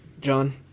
john